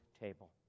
table